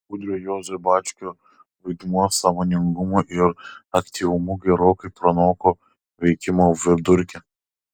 audrio juozo bačkio vaidmuo sąmoningumu ir aktyvumu gerokai pranoko veikimo vidurkį